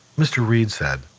mr. reid said,